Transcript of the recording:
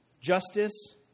justice